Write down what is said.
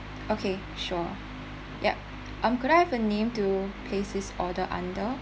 okay sure ya um could I have a name to places this order under